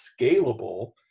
scalable